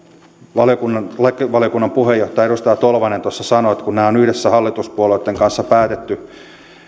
lakivaliokunnan puheenjohtaja edustaja tolvanen tuossa sanoi että kun nämä on yhdessä hallituspuolueitten kanssa päätetty